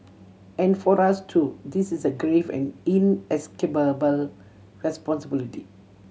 and for us too this is a grave and inescapable responsibility